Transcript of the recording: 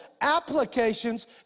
applications